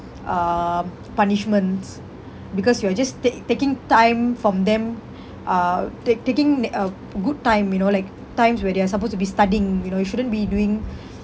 um punishments because you are just tak~ taking time from them uh tak~ taking a good time you know like times where they are supposed to be studying you know you shouldn't be doing